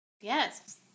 Yes